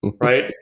Right